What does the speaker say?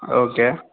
okay